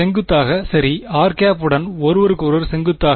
செங்குத்தாக சரி r மற்றும் ஒருவருக்கொருவர் செங்குத்தாக